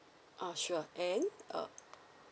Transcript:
uh sure and uh